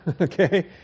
okay